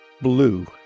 Blue